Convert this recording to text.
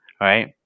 right